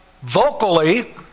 vocally